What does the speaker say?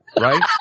right